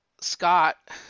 Scott